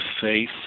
Faith